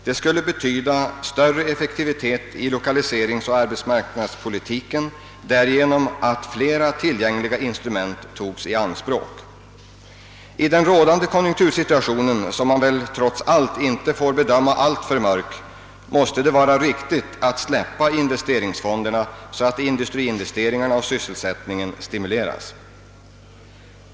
Det skulle betyda större effektivitet 1 lokaliseringsoch arbetsmarknadspoli tiken, eftersom därigenom flera tillgängliga instrument skulle tas i anspråk. I den rådande konjunktursituationen, som man väl trots allt inte får bedöma alltför mörkt, måste det vara. riktigt att släppa investeringsfonderna, så att industriinvesteringarna och = sysselsättningen stimuleras.